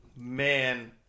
Man